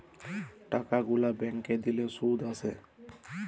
টাকা গুলা ব্যাংকে দিলে শুধ আসে